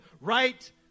right